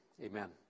Amen